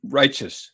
righteous